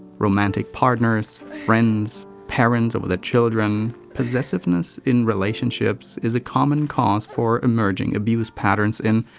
romantic partners, friends, parents over their children possessiveness in relationships is a common cause for emerging abuse patterns in.